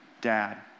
dad